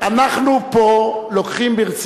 עוד לכופף את